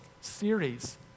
series